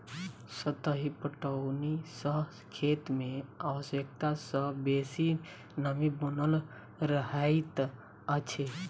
सतही पटौनी सॅ खेत मे आवश्यकता सॅ बेसी नमी बनल रहैत अछि